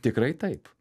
tikrai taip